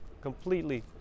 completely